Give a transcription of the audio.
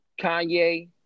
Kanye